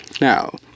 Now